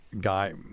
guy